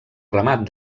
remat